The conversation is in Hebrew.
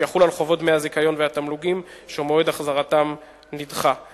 שיחול על חובות דמי הזיכיון והתמלוגים שמועד החזרתם נדחה.